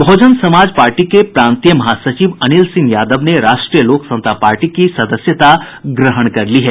बहुजन Samaj Party के प्रांतीय महासचिव अनिल सिंह यादव ने राष्ट्रीय लोक समता पार्टी की सदस्यता ग्रहण कर ली है